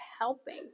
helping